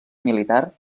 militar